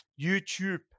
YouTube